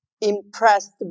impressed